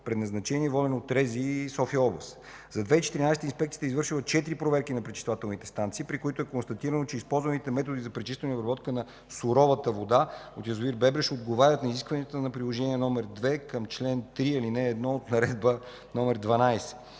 здравна инспекция – София област. За 2014 г. инспекцията е извършила 4 проверки на пречиствателните станции, при които е констатирано, че използваните методи за пречистване и обработка на суровата вода от язовир „Бебреш“ отговарят на изискванията на Приложение № 2 към чл. 3, ал. 1 от Наредба № 12.